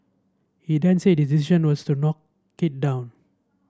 he then said decision was to knock it down